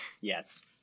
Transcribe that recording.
yes